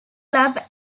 club